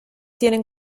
tienen